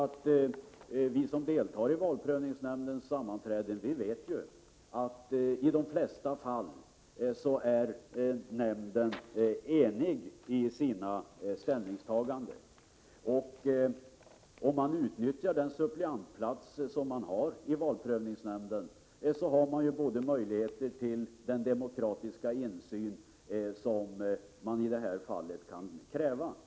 1987/88:46 som gör det vet att nämnden i de flesta fall är enig i sina ställningstaganden. 16 december 1987 Den suppleant i valprövningsnämnden som utnyttjar sin rätt at delta i ZON sammanträdena har möjlighet att få den demokratiska insyn som kan krävas.